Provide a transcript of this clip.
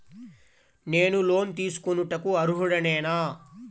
నేను లోన్ తీసుకొనుటకు అర్హుడనేన?